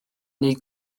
neu